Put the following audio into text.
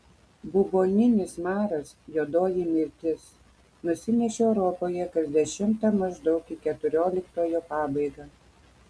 buboninis maras juodoji mirtis nusinešė europoje kas dešimtą maždaug į keturioliktojo pabaigą